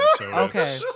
Okay